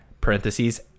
parentheses